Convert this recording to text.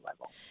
level